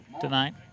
tonight